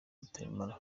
rutaremara